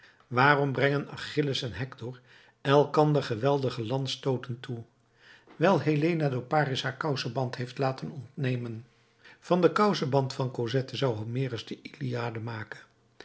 brengen achilles en hector elkander geweldige lansstooten toe wijl helena door paris haar kouseband heeft laten ontnemen van den kouseband van cosette zou homerus de illiade maken